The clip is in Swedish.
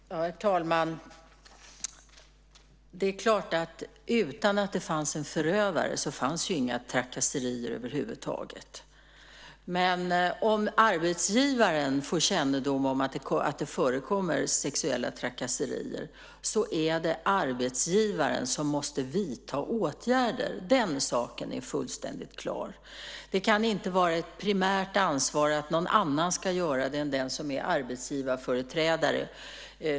Herr talman! Det är klart att om det inte fanns en förövare fanns det inga trakasserier över huvud taget. Men om arbetsgivaren får kännedom om att det förekommer sexuella trakasserier är det arbetsgivaren som måste vidta åtgärder. Den saken är fullständigt klar. Det kan inte vara ett primärt ansvar att någon annan ska göra det än den som är arbetsgivarföreträdare.